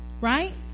right